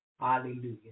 Hallelujah